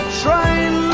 train